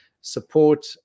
support